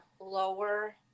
lower